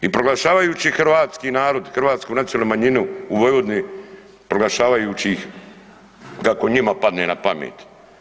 I proglašavajući hrvatski narod, hrvatsku nacionalnu manjinu u Vojvodini, proglašavajući ih kako njima padne na pamet.